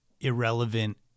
irrelevant